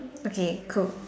okay cool